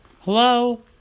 Hello